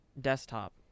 desktop